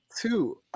Two